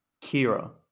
Kira